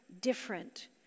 different